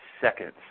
seconds